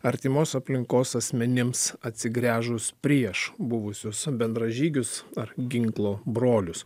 artimos aplinkos asmenims atsigręžus prieš buvusius bendražygius ar ginklo brolius